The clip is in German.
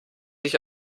ich